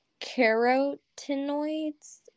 carotenoids